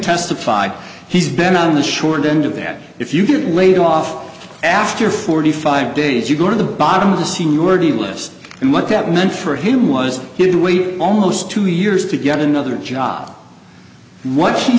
testify he's been on the short end of that if you get laid off after forty five days you go to the bottom of the seniority list and what that meant for him was he'd wait almost two years to get another job what he